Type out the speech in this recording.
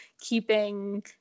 keeping